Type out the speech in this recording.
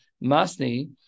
Masni